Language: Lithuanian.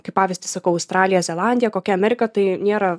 kaip pavyzdį sakau australija zelandija kokia amerika tai nėra